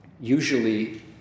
usually